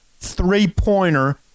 three-pointer